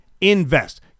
Invest